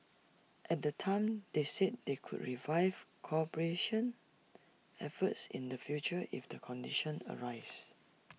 at the time they said they could revive cooperation efforts in the future if the conditions arise